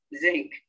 zinc